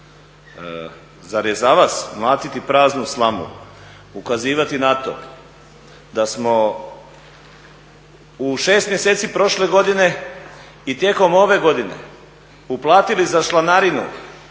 Zar je za vas mlatiti praznu slamu ukazivati na to da smo u 6 mjeseci prošle godine i tijekom ove godine uplatili za članarinu